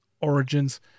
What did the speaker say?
Origins